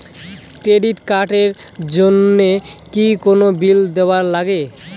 Credit card এর জন্যে কি কোনো বিল দিবার লাগে?